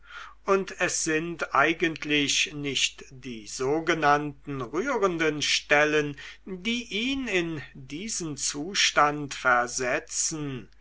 und es sind eigentlich nicht die sogenannten rührenden stellen die ihn in diesen zustand versetzen